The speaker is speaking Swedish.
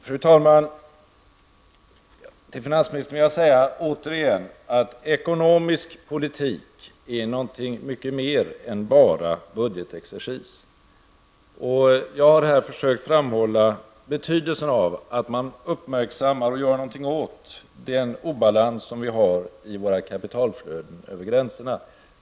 Fru talman! Till finansministern vill jag återigen säga att ekonomisk politik är någonting mer än bara budgetexercis. Jag har här försökt framhålla betydelsen av att man uppmärksammar och gör någonting åt den obalans som finns i våra kapitalflöden över gränserna.